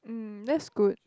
mm that's good